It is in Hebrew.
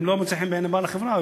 אם לא מוצא חן בעיני בעל החברה,